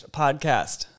podcast